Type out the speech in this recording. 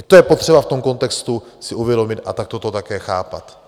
I to je potřeba v tom kontextu si uvědomit a takto to také chápat.